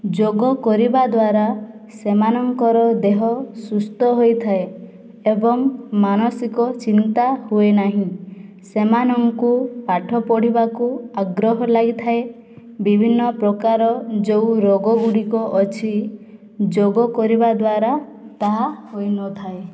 ଯୋଗ କରିବା ଦ୍ଵାରା ସେମାନଙ୍କର ଦେହ ସୁସ୍ଥ ହୋଇଥାଏ ଏବଂ ମାନସିକ ଚିନ୍ତା ହୁଏ ନାହିଁ ସେମାନଙ୍କୁ ପାଠ ପଢ଼ିବାକୁ ଆଗ୍ରହ ଲାଗିଥାଏ ବିଭିନ୍ନ ପ୍ରକାର ଯେଉଁ ରୋଗ ଗୁଡ଼ିକ ଅଛି ଯୋଗ କରିବା ଦ୍ଵାରା ତାହା ହୋଇନଥାଏ